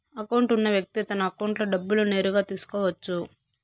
account ఉన్న వ్యక్తి తన అకౌంట్లో డబ్బులు నేరుగా తీసుకోవచ్చు